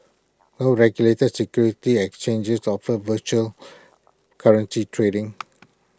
no regulated securities exchanges offer virtual currency trading